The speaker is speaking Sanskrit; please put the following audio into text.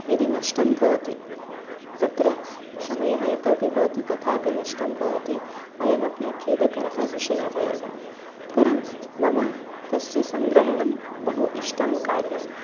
यदि नष्टं भवति तत्र समयः इतोपि भवति तथापि नष्टं भवति अयमपि खेदकरः विषयः एव परं मम तस्य सङ्ग्रहणं बहु इष्टं कार्यं